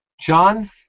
John